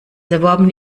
erworbene